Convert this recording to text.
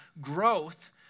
growth